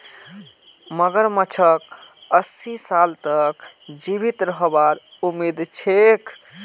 मगरमच्छक अस्सी साल तक जीवित रहबार उम्मीद छेक